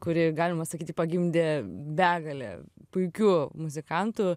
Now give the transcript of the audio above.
kurį galima sakyti pagimdė begalė puikių muzikantų